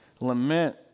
Lament